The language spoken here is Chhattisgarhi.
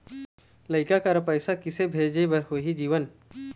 लइका करा पैसा किसे भेजे बार होही जीवन